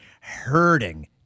hurting